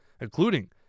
including